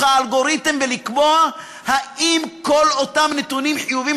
האלגוריתם ולקבוע אם כל אותם נתונים חיוביים,